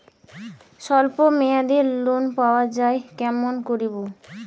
স্বল্প মেয়াদি লোন পাওয়া যায় কেমন করি?